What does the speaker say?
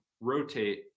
rotate